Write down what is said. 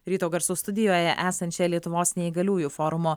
ryto garsų studijoje esančia lietuvos neįgaliųjų forumo